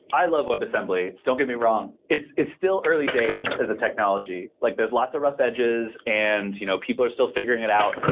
i love webassembly. don't get me wrong. it's it's still early days as a technology. like there's lot of rough edges and you know people are still figuring it out.